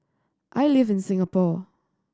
I live in Singapore